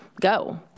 go